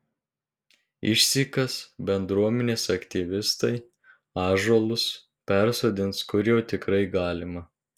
išsikas bendruomenės aktyvistai ąžuolus persodins kur jau tikrai galima